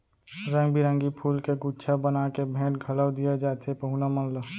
रंग बिरंगी फूल के गुच्छा बना के भेंट घलौ दिये जाथे पहुना मन ला